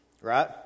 right